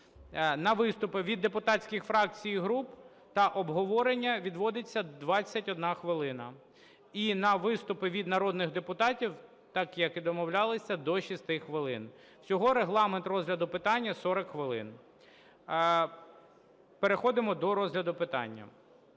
На виступи від депутатських фракцій і груп та обговорення відводиться 21 хвилина. І на виступи від народних депутатів, так, як і домовлялися, до 6 хвилин. Всього регламент розгляду питання – 40 хвилин. Переходимо до розгляду питання.